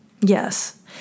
Yes